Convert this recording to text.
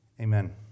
amen